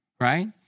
right